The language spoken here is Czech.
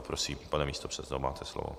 Prosím, pane místopředsedo, máte slovo.